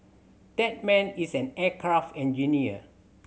that man is an aircraft engineer